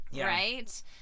right